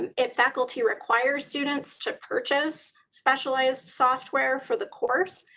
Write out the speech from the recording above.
and if faculty requires students to purchase specialized software for the course,